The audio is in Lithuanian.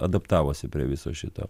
adaptavosi prie viso šito